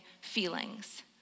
feelings